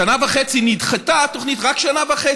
בשנה וחצי נדחתה התוכנית, רק בשנה וחצי,